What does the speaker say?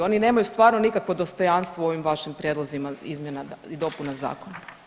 Oni nemaju stvarno nikakvo dostojanstvo u ovim vašim prijedlozima izmjena i dopuna zakona.